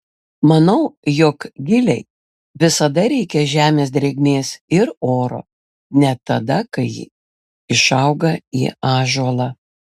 manau jog gilei visada reikia žemės drėgmės ir oro net tada kai ji išauga į ąžuolą